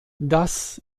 das